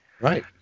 Right